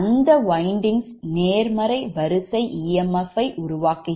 அந்த முறுக்கு நேர்மறை வரிசை EMF யை உருவாக்குகிறது